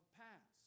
past